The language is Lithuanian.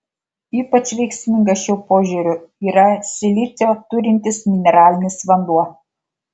ypač veiksmingas šiuo požiūriu yra silicio turintis mineralinis vanduo